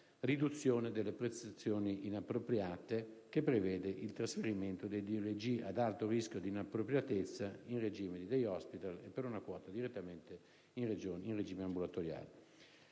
riduzione delle prestazioni inappropriate, che prevede il trasferimento dei DRG ad alto rischio di inappropriatezza, per una quota, in regime di *day hospital* e, per una quota, direttamente in regime ambulatoriale.